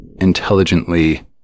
intelligently